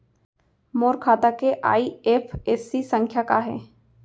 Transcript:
मोर खाता के आई.एफ.एस.सी संख्या का हे?